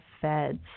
feds